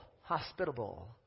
hospitable